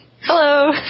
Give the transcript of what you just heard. Hello